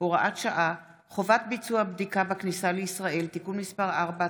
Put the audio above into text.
(הוראת שעה) (חובת ביצוע בדיקה בכניסה לישראל) (תיקון מס' 4),